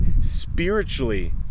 spiritually